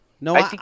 No